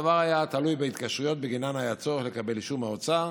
הדבר היה תלוי בהתקשרויות שבגינן היה צורך לקבל אישור מהאוצר.